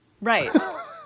Right